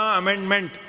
amendment